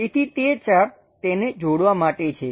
તેથી તે ચાપ તેને જોડાવા માટે છે